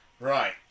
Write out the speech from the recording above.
Right